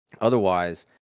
Otherwise